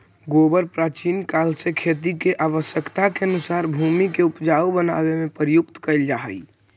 गोबर प्राचीन काल से खेती के आवश्यकता के अनुसार भूमि के ऊपजाऊ बनावे में प्रयुक्त कैल जा हई